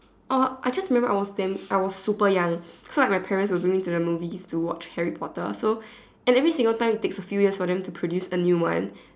or I just remember I was damn I was super young so like my parents would bring me to the movies to watch Harry potter so and every single time it takes a few years for them to produce a new one